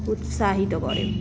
উৎসাহিত করে